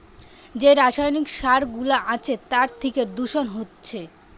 যে রাসায়নিক সার গুলা আছে তার থিকে দূষণ হচ্ছে